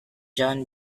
john